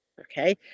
Okay